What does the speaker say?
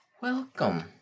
welcome